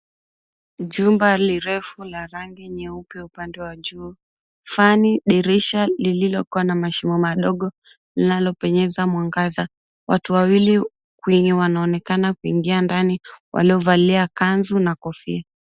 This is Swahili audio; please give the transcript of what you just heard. Jumba lirefu la rangi nyeupe upande wa juu. Fani, dirisha liliokuwa na mashimo madogo linalo penyeza mwangaza. Watu wawili wenye wanaonekana kuingia ndani waliovalia kanzu na kofia.